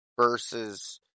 versus